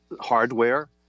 hardware